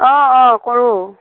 অ অ কৰোঁ